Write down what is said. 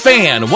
Fan